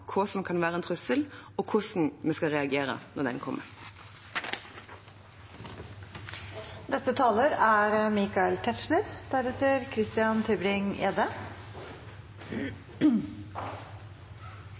hva som kan være en trussel, og hvordan vi skal reagere når den